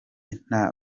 nta